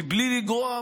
בלי לגרוע,